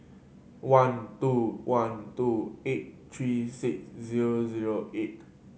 one two one two eight three six zero zero eight